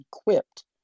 equipped